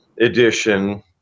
edition